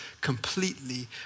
completely